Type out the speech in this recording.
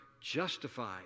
justified